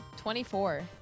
24